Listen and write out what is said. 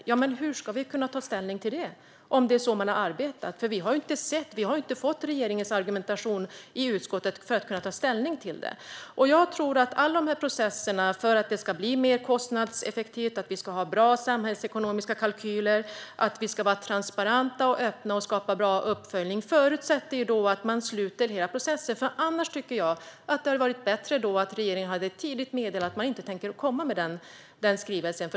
Men hur ska vi kunna ta ställning till den, om det är så som man har arbetat? Utskottet har inte fått ta del av regeringens argumentation för att vi ska kunna ta ställning till den. Alla processer för att det ska bli mer kostnadseffektivt, för att vi ska ha bra samhällsekonomiska kalkyler, för att vi ska vara transparenta och öppna och skapa bra uppföljning förutsätter att man sluter hela processen. Annars tycker jag att det hade varit bättre om regeringen tidigt hade meddelat att man inte tänker komma med den skrivelsen.